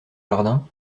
jardin